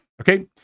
Okay